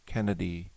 Kennedy